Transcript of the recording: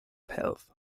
health